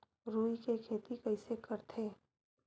रुई के खेती कइसे करथे?